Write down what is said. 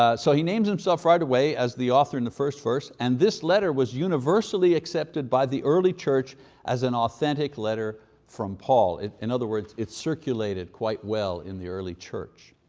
ah so he names himself right away, as the author in the first verse. and this letter was universally accepted by the early church as an authentic letter from paul. in other words, it's circulated quite well in the early church.